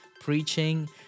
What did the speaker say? preaching